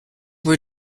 were